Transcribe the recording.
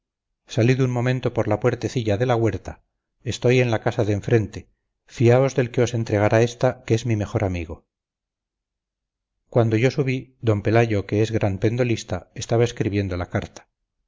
etc salid un momento por la puertecilla de la huerta estoy en la casa de enfrente fiaos del que os entregará esta que es mi mejor amigo cuando yo subí d pelayo que es gran pendolista estaba escribiendo la carta